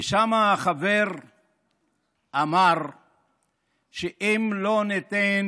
ושם החבר אמר שאם לא ניתן